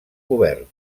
govern